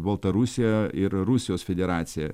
baltarusiją ir rusijos federaciją